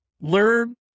Learn